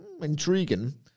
intriguing